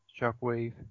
shockwave